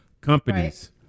companies